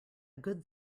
good